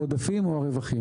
העודפים או הרווחים.